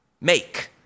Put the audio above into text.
Make